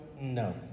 No